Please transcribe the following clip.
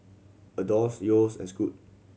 Adore Yeo's and Scoot